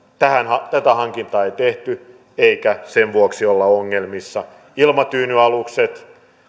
tätä hankintaa ei tehty eikä sen vuoksi olla ongelmissa ilmatyynyalukset